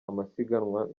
amasiganwa